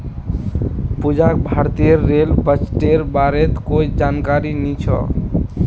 पूजाक भारतेर रेल बजटेर बारेत कोई जानकारी नी छ